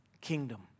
kingdom